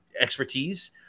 expertise